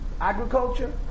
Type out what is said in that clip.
agriculture